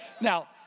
Now